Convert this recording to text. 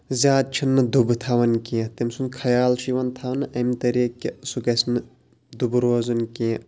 زیادٕ چھِنہٕ دُبہٕ تھاوان کیٚنہہ تٔمۍ سُنٛد خیال چھُ یِوان تھاونہٕ أمۍ طریٖقہٕ کہِ سُہ گژھِ نہٕ دُبہٕ روزُن کیٚنہہ